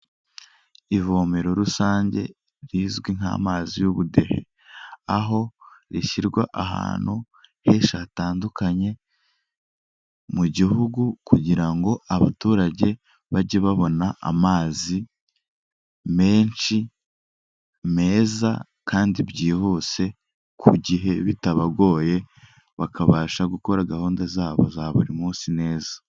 Ivomero rusange rizwi nk'amazi y'ubudehe, aho rishyirwa ahantu henshi hatandukanye mu gihugu kugira ngo abaturage bajye babona amazi menshi meza kandi byihuse ku gihe, bitabagoye, bakabasha gukora gahunda zabo za buri munsi neza.